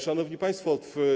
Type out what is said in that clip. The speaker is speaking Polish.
Szanowni Państwo!